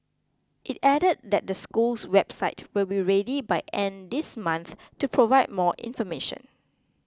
it added that the school's website will be ready by end this month to provide more information